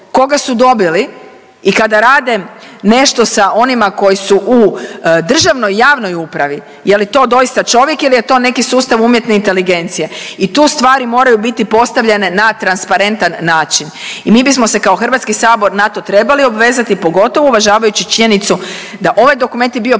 koga su dobili i kada rade nešto sa onima koji su u državnoj, javnoj upravi je li to doista čovjek ili je to neki sustav umjetne inteligencije. I tu stvari moraju biti postavljene na transparentan način. I mi bismo se kao Hrvatski sabor na to trebali obvezati pogotovo uvažavajući činjenicu da ovaj dokument je bio predložen